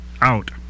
out